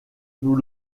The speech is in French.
nous